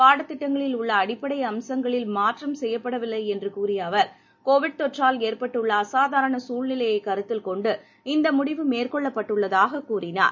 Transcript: பாடத்திட்டங்களில் உள்ளஅடிப்படைஅம்சங்களில் மாற்றம் செய்யப்படவில்லைஎன்றுகூறியஅவர் கோவிட் தொற்றால் ஏற்பட்டுள்ளஅசாதாரணசூழ்நிலையைக் கருத்தில் கொண்டு இந்தமுடிவு மேற்கொள்ளப்பட்டதாகதெரிவித்தார்